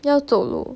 要走路